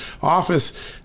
office